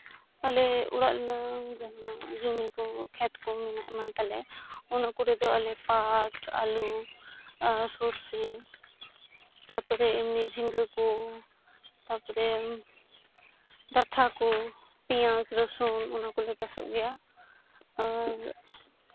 ᱟᱞᱮ ᱚᱲᱟᱜ ᱨᱮᱱᱟᱜ ᱡᱚᱢᱤ ᱠᱚ ᱠᱷᱮᱛ ᱠᱚ ᱢᱮᱱᱟᱜ ᱮᱢᱟᱱ ᱛᱟᱞᱮ ᱚᱱᱟ ᱠᱚᱨᱮ ᱫᱚ ᱟᱞᱮ ᱯᱟᱴ ᱟᱹᱞᱩ ᱟᱨ ᱥᱚᱥᱤ ᱛᱟᱨᱯᱚᱨᱮ ᱮᱢᱱᱤ ᱡᱷᱤᱸᱜᱟᱹ ᱠᱚ ᱛᱟᱨᱯᱚᱨᱮ ᱡᱟᱛᱷᱟ ᱠᱚ ᱯᱮᱸᱭᱟᱡᱽ ᱨᱚᱥᱩᱱ ᱚᱱᱟ ᱠᱚᱞᱮ ᱪᱟᱥᱚᱜ ᱜᱮᱭᱟ ᱟᱨ